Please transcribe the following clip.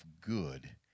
good